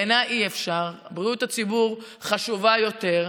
בעיני אי-אפשר, בריאות הציבור חשובה יותר.